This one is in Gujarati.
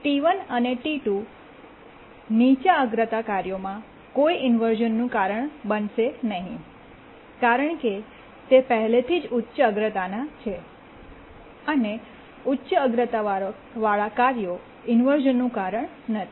ટી1 અને ટી2 નીચા અગ્રતા કાર્યોમાં કોઈ ઇન્વર્શ઼નનું કારણ બનશે નહીં કારણ કે તે પહેલેથી જ ઉચ્ચ અગ્રતાના છે અને ઉચ્ચ અગ્રતાવાળા કાર્યો ઇન્વર્શ઼નનું કારણ નથી